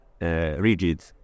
rigid